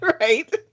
right